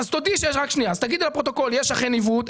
אז תודיעי לפרוטוקול שאכן יש עיוות,